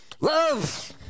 Love